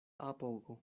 apogo